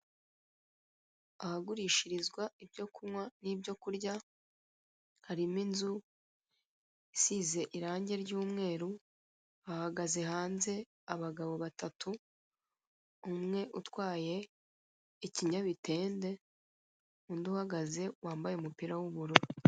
Ahagurishirizwa ibyo kunywa n'ibyo kurya, harimo inzu isize irangi ry'umweru, hahagaze hanze abagabo batatu, umwe utwaye ikinyamitende, undi uhagaze, wambaye umupira w'ubururu.